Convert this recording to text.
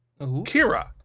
Kira